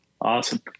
Awesome